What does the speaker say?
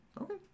Okay